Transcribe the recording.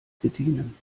bedienen